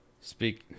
speak